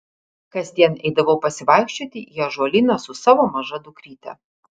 kasdien eidavau pasivaikščioti į ąžuolyną su savo maža dukryte